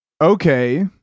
Okay